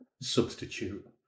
substitute